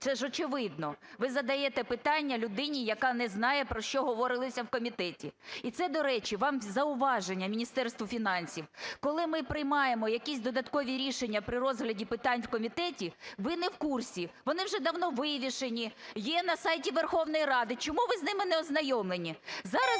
Це ж очевидно. Ви задаєте питання людині, яка не знає, про що говорилося в комітеті. І це, до речі, вам зауваження, Міністерству фінансів. Коли ми приймаємо якісь додаткові рішення при розгляді питань в комітеті, ви не в курсі. Вони вже давно вивішені, є на сайті Верховної Ради, чому ви з ними не ознайомлені?